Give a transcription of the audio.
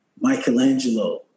Michelangelo